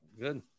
Good